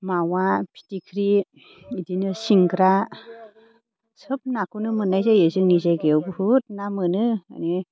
मावा फिथिग्रि बिदिनो सिंग्रा सोब नाखौनो मोननाय जायो जोंनि जायगायाव बुहुद ना मोनो माने